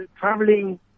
traveling